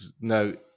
no